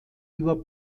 über